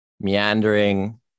meandering